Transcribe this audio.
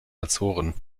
azoren